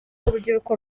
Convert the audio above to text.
urubyiruko